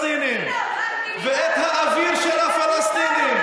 הפלסטינים, ואת האוויר של הפלסטינים.